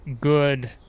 good